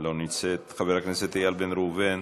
אינה נוכחת, חבר הכנסת איל בן ראובן,